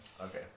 Okay